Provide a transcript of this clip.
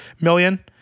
million